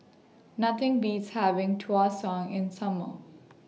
Nothing Beats having Tau Suan in Summer